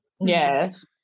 yes